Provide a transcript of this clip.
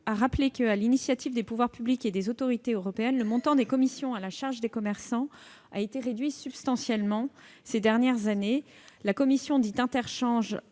rappeler que, sur l'initiative des pouvoirs publics et des autorités européennes, le montant des commissions à la charge des commerçants a été substantiellement réduit au cours des dernières années. La commission dite « interchange